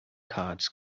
cards